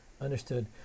Understood